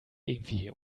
irgendwie